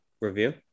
review